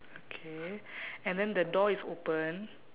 okay and then the door is open